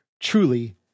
truly